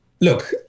Look